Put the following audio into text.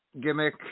gimmick